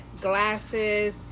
glasses